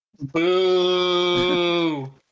Boo